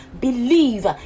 believe